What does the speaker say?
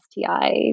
STI